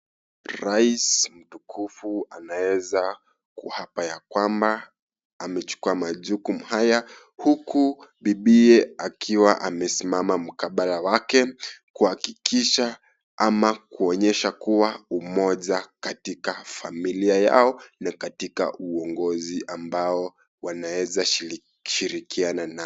Rais mtukufu anaeza kuapa ya kwamba, amechukua majukumu haya huku bibiye akiwa amesimama mkabala wake kuhakikisha ama kuonesha kuwa umoja katika familia yao na katika uongozi ambao wanaweza shirikiana.